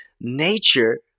nature